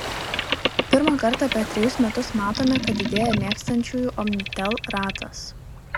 pirmą kartą per trejus metus matome kad didėja mėgstančiųjų omnitel ratas